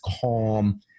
calm